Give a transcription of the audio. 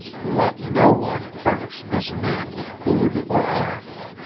let no one furnish this man with food or arms.